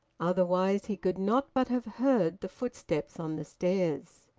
otherwise he could not but have heard the footsteps on the stairs.